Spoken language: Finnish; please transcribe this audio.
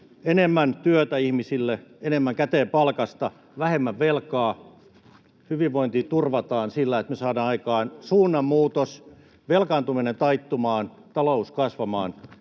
enemmän työtä ihmisille, enemmän käteen palkasta, vähemmän velkaa. Hyvinvointi turvataan sillä, että me saadaan aikaan suunnanmuutos, velkaantuminen taittumaan, talous kasvamaan.